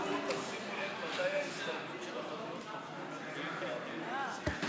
ורויטל סויד לפני סעיף 1 לא נתקבלה.